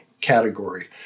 category